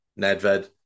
Nedved